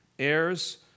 Heirs